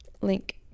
link